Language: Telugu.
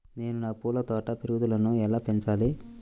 నేను నా పూల తోట పెరుగుదలను ఎలా పెంచాలి?